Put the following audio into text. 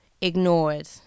ignored